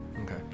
Okay